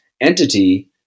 entity